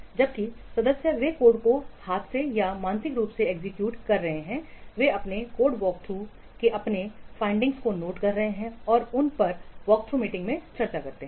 जबकि सदस्य वे कोड को हाथ से या मानसिक रूप से एग्जीक्यूट कर रहे हैं वे अपने कोड वॉकथ्रूके अपने निष्कर्षों को नोट करते हैं और उन पर वॉकथ्रू मीटिंग में चर्चा करते हैं